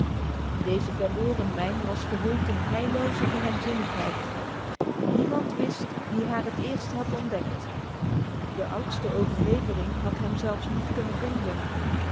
deze verloren mijn was gehuld in heilloze geheimzinnigheid niemand wist wie haar het eerst had ontdekt de oudste overlevering had haar zelfs niet kunnen vinden